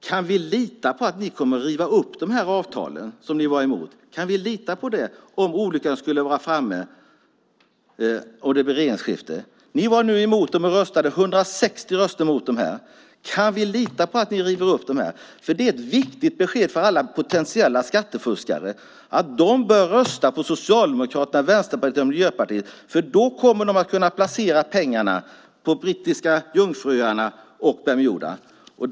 Kan vi lita på att ni kommer att riva upp de avtal som ni var emot? Kan vi lita på det ifall olyckan skulle vara framme och det blir regeringsskifte? Ni var emot dem när vi röstade. Det blev 160 röster mot avtalen. Kan vi lita på att ni river upp dem? Det är ett viktigt besked till alla potentiella skattefuskare, nämligen att de bör rösta på Socialdemokraterna, Vänsterpartiet och Miljöpartiet för då kommer de att kunna placera pengarna på Brittiska Jungfruöarna och Bermuda.